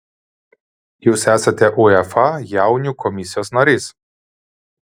jūs esate uefa jaunių komisijos narys